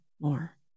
more